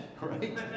right